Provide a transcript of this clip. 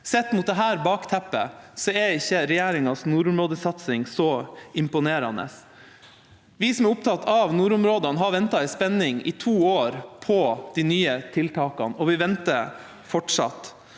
Sett mot dette bakteppet er ikke regjeringas nordområdesatsing så imponerende. Vi som er opptatt av nordområdene, har ventet i spenning i to år på de nye tiltakene, og vi venter fortsatt.